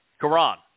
Quran